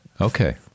Okay